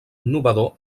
innovador